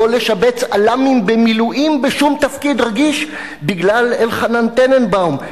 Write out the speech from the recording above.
לא לשבץ אל"מים במילואים בשום תפקיד רגיש בגלל אלחנן טננבאום,